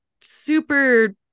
super